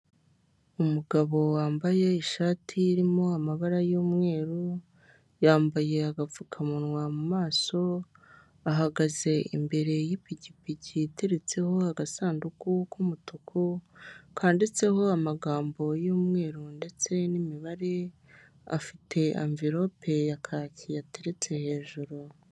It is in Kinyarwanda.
Umugabo wambaye ishati irimo amabara y'umweru, yambaye agapfukamunwa mu maso, ahagaze imbere y'ipikipiki iteretseho agasanduku k'umutuku, kanditseho amagambo y'umweru ndetse n'imibare, afite anverope ya kacye yateretse hejuru.